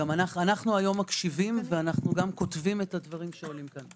אנו מקשיבים וכותבים את הדברים שעולים פה.